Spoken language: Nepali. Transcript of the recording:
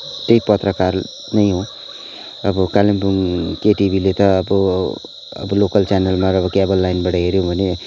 त्यही पत्रकार नै हो अब कालिम्पोङ कोटिभीले त अब अब लोकल च्यानलमा अब केबल लाइनबाट हेऱ्यौँ भने